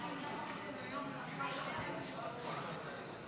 הטרומית ותעבור לדיון בוועדת החוקה,